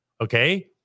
okay